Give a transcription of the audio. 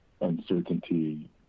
uncertainty